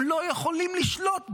כי אתם לא יכולים לשלוט בו.